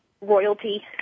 royalty